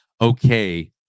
okay